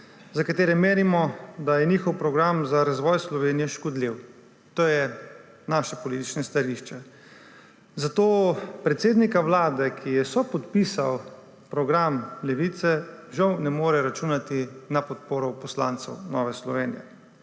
za katero menimo, da je njen program za razvoj Slovenije škodljiv. To je naše politično stališče. Zato predsednik Vlade, ki je sopodpisal program Levice, žal ne more računati na podporo poslancev Nove Slovenije.